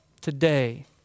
Today